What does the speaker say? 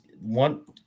one